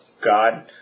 god